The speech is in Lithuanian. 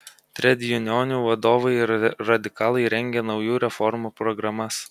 tredjunionų vadovai ir radikalai rengė naujų reformų programas